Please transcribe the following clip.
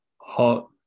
Hot